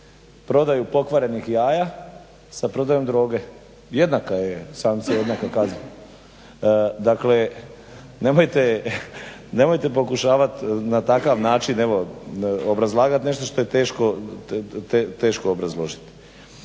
prodaju pokvarenih jaja sa prodajom droge. Jednaka je sankcija jednaka kazna. Dakle nemojte pokušavati na takav način obrazlagati nešto što je teško obrazložiti.